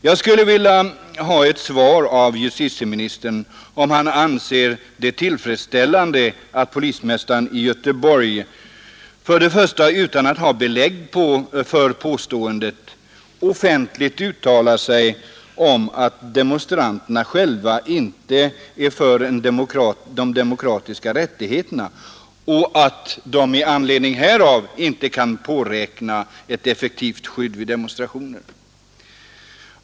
Jag skulle vilja ha ett svar av justitieministern på frågan om han anser det tillfredsställande att polismästaren i Göteborg utan att ha belägg för påståendet offentligt uttalar att demonstranterna själva inte är för de demokratiska rättigheterna och att de i anledning härav inte kan påräkna ett effektivt skydd vid demonstrationer.